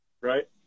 right